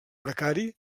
precari